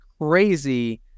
crazy